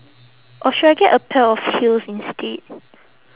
or should I get a pair of heels instead